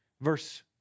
Verse